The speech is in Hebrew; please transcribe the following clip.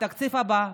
בתקציב הבא,